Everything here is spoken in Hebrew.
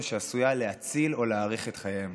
שעשויה להציל או להאריך את חייהם.